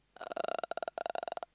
uh